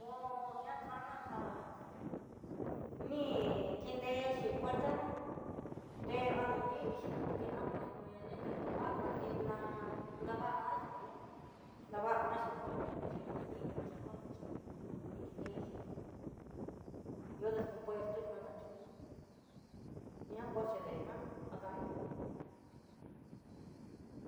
Koo yi'a jana ján ni kinde xhi puerta ná té anan nrixhí kina ko na kuen na inka kava'a tí ná nadana xhini nravana xhi puerta xhi anaria chapa xhi ni ki nrexhi yo descompuesto nakachinró ña kuaxhi deen jan akani.